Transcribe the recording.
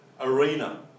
arena